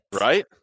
right